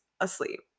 asleep